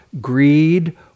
greed